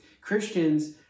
Christians